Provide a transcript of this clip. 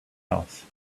else